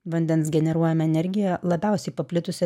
vandens generuojama energija labiausiai paplitusi